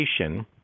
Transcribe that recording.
education